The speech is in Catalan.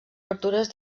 obertures